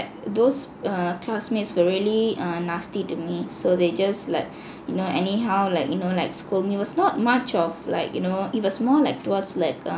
those err classmates were really err nasty to me so they just like you know anyhow like you know like scold me it was not much of like you know it was more like towards err